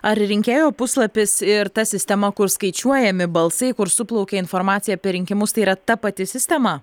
ar rinkėjo puslapis ir ta sistema kur skaičiuojami balsai kur suplaukia informacija apie rinkimus tai yra ta pati sistema